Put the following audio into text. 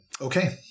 Okay